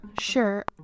sure